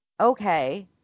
okay